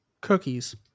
Cookies